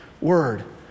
word